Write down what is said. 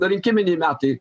rinkiminiai metai